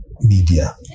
media